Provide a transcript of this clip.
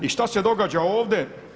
I šta se događa ovdje?